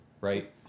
right